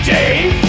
Dave